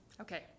okay